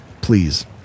please